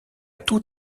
tout